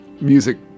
music